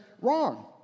wrong